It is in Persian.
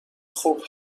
خوب